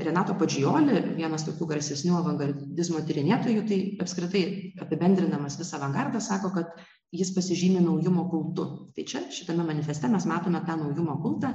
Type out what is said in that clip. renato pačioli vienas tokių garsesnių avangardizmo tyrinėtojų tai apskritai apibendrindamas visą avangardą sako kad jis pasižymi naujumo kultu tai čia šitame manifeste mes matome tą naujumo kultą